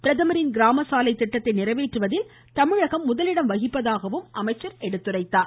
பிரதமரின் கிராம சாலை திட்டத்தை நிறைவேற்றுவதில் தமிழகம் முதலிடம் வகிப்பதாகவும் அமைச்சர் கூறினார்